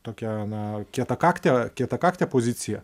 tokią na kietakaktę kietakaktę poziciją